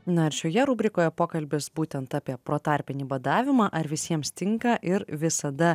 na ir šioje rubrikoje pokalbis būtent apie protarpinį badavimą ar visiems tinka ir visada